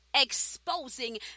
exposing